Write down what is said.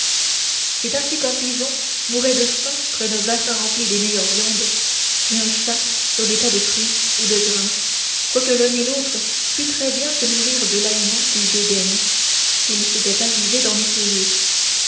c'est ainsi qu'un pigeon mourrait de faim près d'un bassin rempli des meilleures viandes et un chat sur des tas de fruits ou de grain quoique l'un et l'autre pût très bien se nourrir de l'aliment qu'il dédaigne s'il s'était avisé d'en essayer